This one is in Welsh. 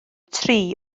tri